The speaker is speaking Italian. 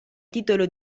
titolo